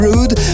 Rude